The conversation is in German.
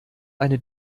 eine